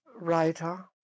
Writer